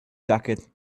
jacket